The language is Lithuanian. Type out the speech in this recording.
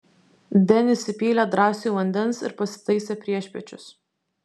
denis įpylė drąsiui vandens ir pasitaisė priešpiečius